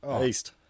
East